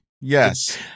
Yes